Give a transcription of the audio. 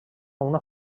una